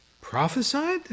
prophesied